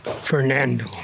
Fernando